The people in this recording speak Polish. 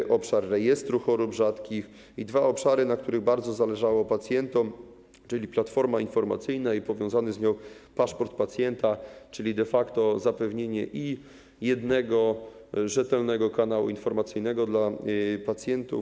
Jest obszar rejestru chorób rzadkich i są dwa obszary, na których bardzo zależało pacjentom, czyli platforma informacyjna i powiązany z nią paszport pacjenta, czyli de facto jest to zapewnienie jednego rzetelnego kanału informacyjnego dla pacjentów.